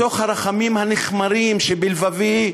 מתוך הרחמים הנכמרים שבלבבי,